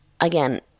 Again